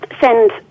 send